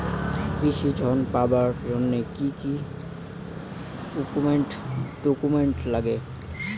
কৃষি ঋণ পাবার জন্যে কি কি ডকুমেন্ট নাগে?